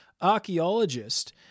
archaeologist